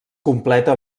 completa